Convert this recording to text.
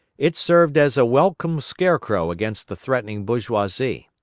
it served as a welcome scarecrow against the threatening bourgeoisie.